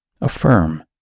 affirm